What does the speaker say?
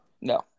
No